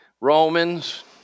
Romans